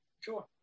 Sure